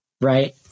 Right